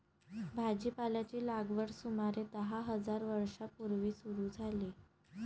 भाजीपाल्याची लागवड सुमारे दहा हजार वर्षां पूर्वी सुरू झाली